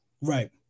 right